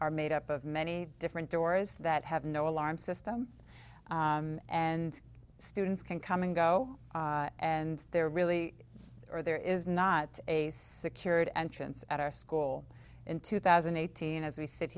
are made up of many different doors that have no alarm system and students can come and go and there really are there is not a secured entrance at our school in two thousand and eighteen as we sit